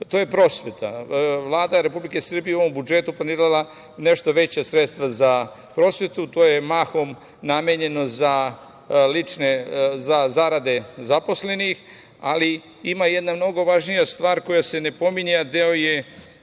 To je prosveta. Vlada Republike Srbije u ovom budžetu planirala je nešto veća sredstva za prosvetu. To je mahom namenjeno za zarade zaposlenih, ali ima jedna mnogo važnija stvar koja se ne pominje, a deo je